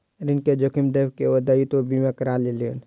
ऋण के जोखिम देख के ओ दायित्व बीमा करा लेलैन